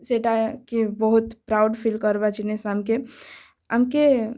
ସେଟାକେ ବହୁତ proud feel କର୍ବା ଜିନିଷ ଆମ୍କେ ଆମ୍କେ